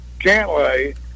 Cantlay